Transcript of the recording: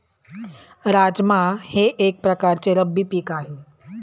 राजमा हे एक प्रकारचे रब्बी पीक आहे